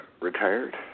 retired